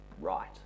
right